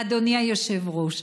אדוני היושב-ראש,